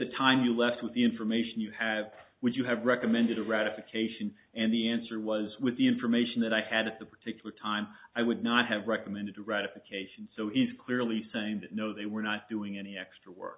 the time you left with the information you have would you have recommended a ratification and the answer was with the information that i had at the particular time i would not have recommended ratification so he's clearly saying no they were not doing any extra work